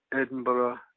Edinburgh